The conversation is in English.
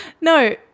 No